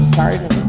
garden